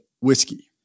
whiskey